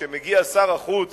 כשמגיע שר החוץ